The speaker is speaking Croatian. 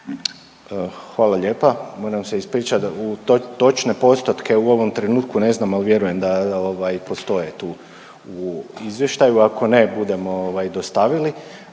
Hvala lijepa. Moram se ispričat da u točne postotke u ovom trenutku ne znam ali vjerujem ovaj da postoje tu u izvještaju. Ako ne budemo ovaj dostavili.